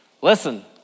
Listen